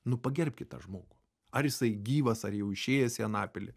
nu pagerbkit tą žmogų ar jisai gyvas ar jau išėjęs į anapilį